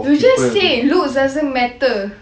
you just said looks doesn't matter